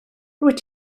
rwyt